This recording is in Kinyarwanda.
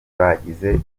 bagize